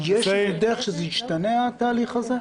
יש דרך שהתהליך הזה ישתנה?